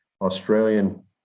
Australian